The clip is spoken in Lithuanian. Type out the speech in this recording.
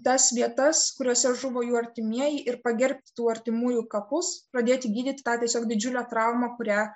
tas vietas kuriose žuvo jų artimieji ir pagerbti tų artimųjų kapus pradėti gydyt tą tiesiog didžiulę traumą kurią